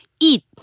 eat